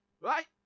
Right